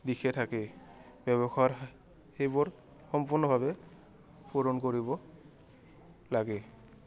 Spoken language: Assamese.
দিশে থাকে ব্যৱসায়ৰ সেইবোৰ সম্পূৰ্ণভাৱে পূৰণ কৰিব লাগে